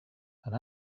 and